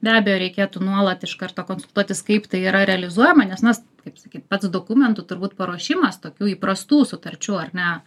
be abejo reikėtų nuolat iš karto konsultuotis kaip tai yra realizuojama nes na kaip sakyt pats dokumentų turbūt paruošimas tokių įprastų sutarčių ar ne